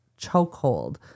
chokehold